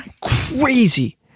crazy